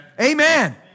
Amen